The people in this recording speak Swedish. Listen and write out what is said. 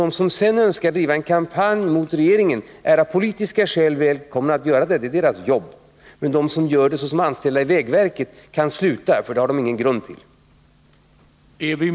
De som sedan önskar bedriva en kampanj emot regeringen av politiska skäl är välkomna att göra det, det är deras jobb. Men de som gör det som anställda i vägverket kan sluta, för de har ingen grund för sina påståenden.